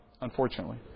unfortunately